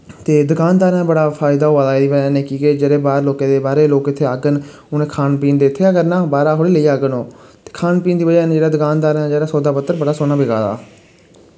ते दकानदारें दा बड़ा फायदा होआ दा एह्दी वजह् नै की के जेह्ड़े बाह्र लोकें दे बाह्रै दे लोक इत्थै आह्ङन उ'नै खान पीन ते इत्थै गै करना बाह्रा थोह्ड़ी लेई जाह्ङन ओह् ते खान पीन दी वजह् कन्नै जेह्ड़ा दुकानदारें दा जेह्ड़ा सौदा पत्तर बड़ा सोह्ना बिकै दा